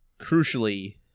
crucially